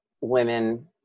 women